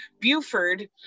Buford